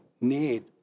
need